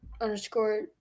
underscore